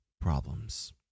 problems